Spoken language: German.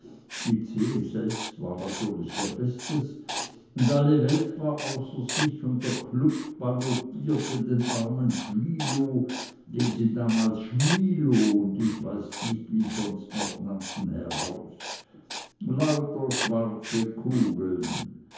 die zeh selbst war natürlich ihr bestes und alle welt war außer sich und der klub ballotierte den armen schwilow den sie damals schmilow und ich weiß nicht wie sonst noch nannten heraus lauter schwarze kugeln